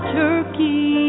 turkey